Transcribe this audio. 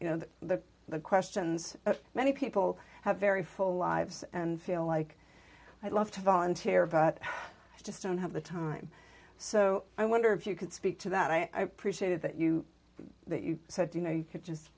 you know that the the questions many people have very full lives and feel like i'd love to volunteer but i just don't have the time so i wonder if you could speak to that i appreciated that you that you said you know you could just